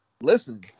listen